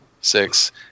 six